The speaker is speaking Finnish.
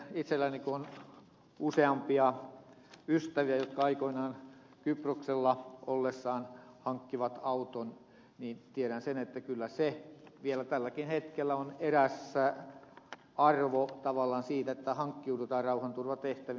itselläni kun on useampia ystäviä jotka aikoinaan kyproksella ollessaan hankkivat auton niin tiedän sen että kyllä se vielä tälläkin hetkellä on eräs arvo tavallaan siinä että hankkiudutaan rauhanturvatehtäviin